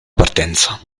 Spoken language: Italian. partenza